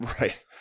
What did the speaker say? right